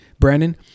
Brandon